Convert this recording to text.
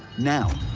now,